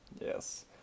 Yes